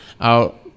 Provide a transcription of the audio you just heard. out